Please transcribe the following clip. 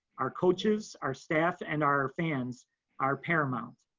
our coaches, our staff, and our fans are paramount.